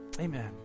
Amen